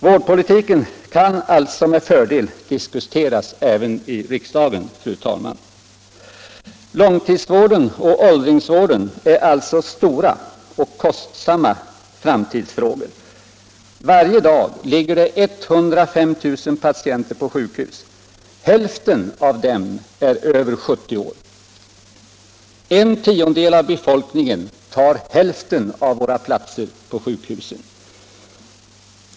Vårdpolitiken kan alltså med fördel diskuteras även i riksdagen, fru talman. Långtidsvård och åldringsvård är stora och kostsamma framtidsfrågor. Varje dag ligger 105 000 patienter på sjukhus. Hälften av dem är över 70 år. En tiondel av befolkningen upptar hälften av sjukhusplatserna.